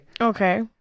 okay